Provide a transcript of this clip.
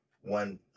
one